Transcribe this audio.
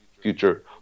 future